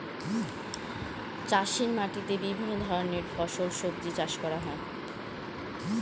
চাষের জন্যে যে মাটিগুলা থাকে যেটাতে খাবার চাষ করে